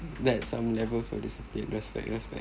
that some levels of discipline respect respect